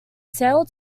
sail